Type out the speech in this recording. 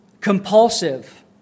compulsive